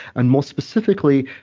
and more specifically,